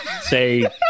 say